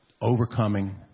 overcoming